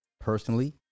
personally